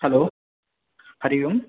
hello Hari Om